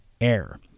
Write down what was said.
air